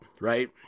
right